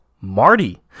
Marty